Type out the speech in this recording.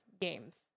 games